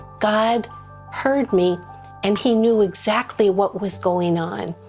god heard me and he knew exactly what was going on.